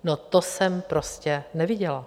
No to jsem prostě neviděla.